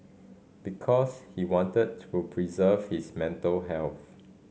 because he wanted to preserve his mental health